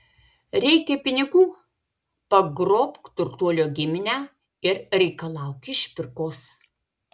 reikia pinigų pagrobk turtuolio giminę ir reikalauk išpirkos